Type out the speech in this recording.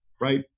right